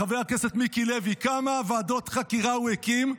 חבר הכנסת מיקי לוי, כמה ועדות חקירה הוא הקים?